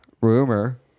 Rumor